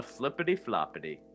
flippity-floppity